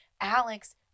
Alex